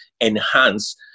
enhance